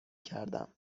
کردم